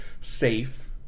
safe